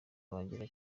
bagira